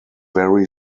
very